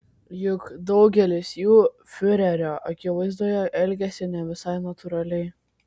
juk daugelis jų fiurerio akivaizdoje elgiasi ne visai natūraliai